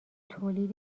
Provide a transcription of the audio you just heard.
تولید